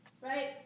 right